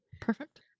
Perfect